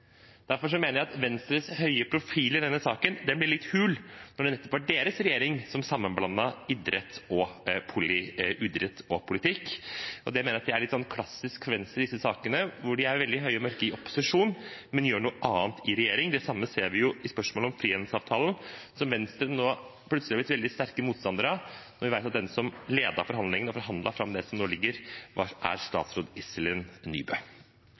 Derfor mener jeg at Venstres høye profil i denne saken blir litt hul når det nettopp var deres regjering som blandet sammen idrett og politikk. Det mener jeg er litt klassisk Venstre i disse sakene, hvor de er veldig høye og mørke i opposisjon, men gjør noe annet i regjering. Det samme ser vi i spørsmålet om frihandelsavtalen, som Venstre nå plutselig er blitt veldig sterk motstander av, når vi vet at den som ledet forhandlingene og forhandlet fram det som nå ligger, var statsråd Iselin Nybø.